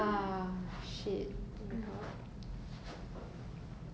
so would you rather fight one horse sized